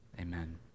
Amen